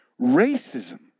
racism